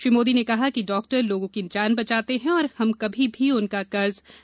श्री मोदी ने कहा कि डॉक्टर लोगों की जान बचाते हैं और हम कभी भी उनका कर्ज नहीं चुका सकते